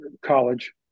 college